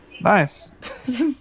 Nice